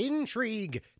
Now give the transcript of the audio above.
Intrigue